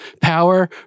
power